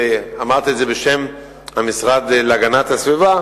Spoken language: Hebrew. ואמרתי את זה בשם המשרד להגנת הסביבה,